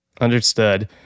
Understood